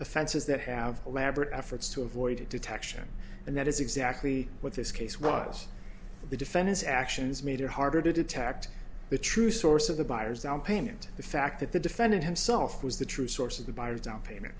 offenses that have elaborate efforts to avoid detection and that is exactly what this case was the defendant's actions made it harder to detect the true source of the buyers downpayment the fact that the defendant himself was the true source of the buyer down payment